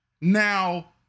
Now